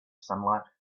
sunlight